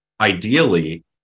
ideally